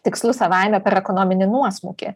tikslu savaime per ekonominį nuosmukį